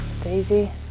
Daisy